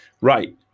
Right